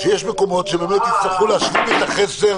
שיש מקומות שבאמת יצטרכו להשלים את החסר